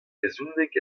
brezhoneg